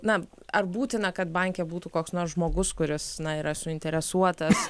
na ar būtina kad banke būtų koks nors žmogus kuris yra suinteresuotas